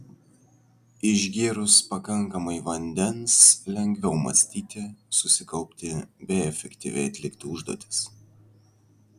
išgėrus pakankamai vandens lengviau mąstyti susikaupti bei efektyviai atlikti užduotis